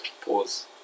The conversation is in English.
Pause